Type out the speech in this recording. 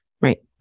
Right